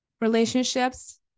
relationships